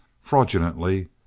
fraudulently